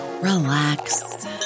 relax